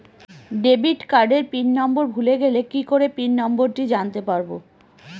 Debit কার্ডের pin number ভুলে গেলে কি করে পিন নম্বরটি জানতে পারবো?